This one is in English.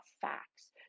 facts